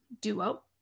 Duo